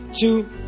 two